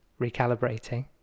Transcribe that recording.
recalibrating